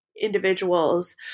individuals